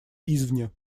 извне